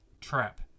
trap